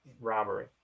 robbery